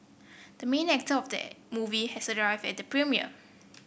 the main actor of the movie has arrived at the premiere